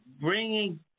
bringing